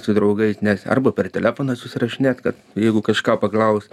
su draugais nes arba per telefoną susirašinėt kad jeigu kažką paklaus